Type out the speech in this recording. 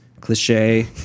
cliche